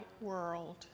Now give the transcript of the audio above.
world